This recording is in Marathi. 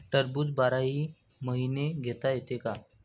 टरबूज बाराही महिने घेता येते का?